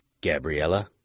Gabriella